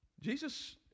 Jesus